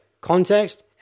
Context